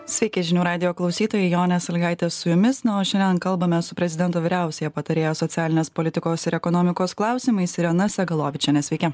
sveiki žinių radijo klausytojai jonė salygaitė su jumis na o šiandien kalbamės su prezidento vyriausiąja patarėja socialinės politikos ir ekonomikos klausimais irena segalovičiene sveiki